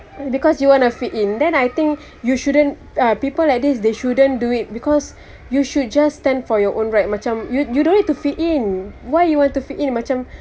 because you want to fit in then I think you shouldn't uh people like this they shouldn't do it because you should just stand for your own right macam you you don't need to fit in why you want to fit in macam